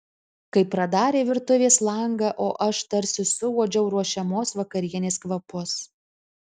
kai pradarė virtuvės langą o aš tarsi suuodžiau ruošiamos vakarienės kvapus